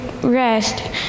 rest